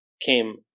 came